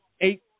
eight